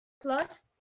Plus